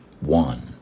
One